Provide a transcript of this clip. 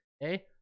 Hey